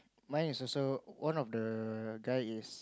mine is also one of the guy is